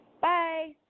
Bye